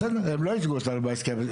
בסדר, הם לא ייצגו אותנו בהסכם הזה.